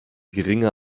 geringe